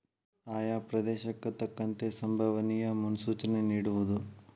ಆಯಾ ಪ್ರದೇಶಕ್ಕೆ ತಕ್ಕಂತೆ ಸಂಬವನಿಯ ಮುನ್ಸೂಚನೆ ನಿಡುವುದು